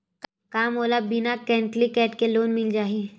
का मोला बिना कौंटलीकेट के लोन मिल जाही?